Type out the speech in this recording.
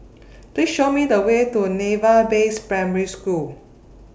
Please Show Me The Way to Naval Base Primary School